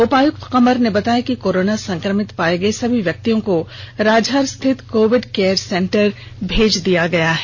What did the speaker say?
उपायुक्त कमर ने बताया कि कोरोना संक्रमित पाये गये सभी व्यक्तियों को राजहार स्थित कोविड केयर सेंटर में भेज दिया गया है